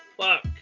fuck